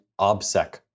OBSEC